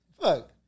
Fuck